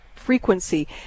frequency